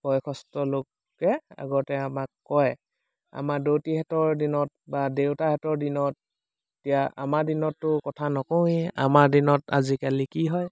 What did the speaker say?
বয়সস্থ লোকে আগতে আমাক কয় আমাৰ দেউতীহঁতৰ দিনত বা দেউতাহঁতৰ দিনত এতিয়া আমাৰ দিনততো কথা নকওঁৱেই আমাৰ দিনত আজিকালি কি হয়